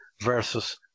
versus